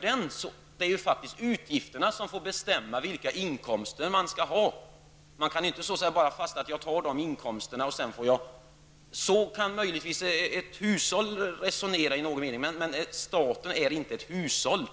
Det är faktiskt utgifterna som bestämmer vilka inkomster man skall ha. Man kan inte bara fastställa vilka inkomster man skall ha. Ett hushåll kan möjligtvis i någon mån resonera på det sättet, men staten är inte ett hushåll.